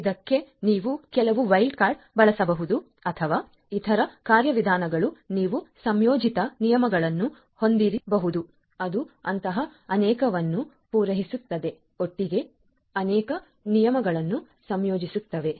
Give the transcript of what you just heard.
ಇದಕ್ಕೆ ನೀವು ಕೆಲವು ವೈಲ್ಡ್ ಕಾರ್ಡ್ ಬಳಸಬಹುದು ಅಥವಾ ಇತರ ಕಾರ್ಯವಿಧಾನಗಳು ನೀವು ಸಂಯೋಜಿತ ನಿಯಮಗಳನ್ನು ಹೊಂದಿರಬಹುದು ಅದು ಅಂತಹ ಅನೇಕವನ್ನು ಪೂರೈಸುತ್ತದೆ ಒಟ್ಟಿಗೆ ಅನೇಕ ನಿಯಮಗಳನ್ನು ಸಂಯೋಜಿಸುತ್ತವೆ